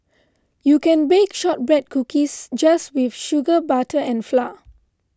you can bake Shortbread Cookies just with sugar butter and flour